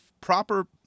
proper